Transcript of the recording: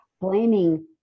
blaming